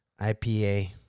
IPA